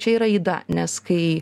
čia yra yda nes kai